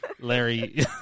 Larry